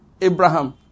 Abraham